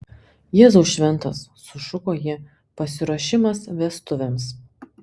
jėzau šventas sušuko ji pasiruošimas vestuvėms